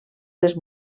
les